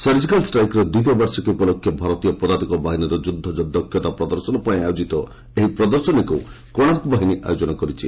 surgical ଷ୍ଟ୍ରାଇକ୍ର ଦ୍ୱିତୀୟ ବାର୍ଷିକୀ ଉପଲକ୍ଷେ ଭାରତୀୟ ପଦାତିକ ବାହିନୀର ଯୁଦ୍ଧ ଦକ୍ଷତା ପ୍ରଦର୍ଶନ ପାଇଁ ଆୟୋକିତ ଏହି ପ୍ରଦର୍ଶନୀକୁ କୋଶାର୍କ ବାହିନୀ ଆୟୋଜନ କରିଛି